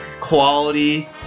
quality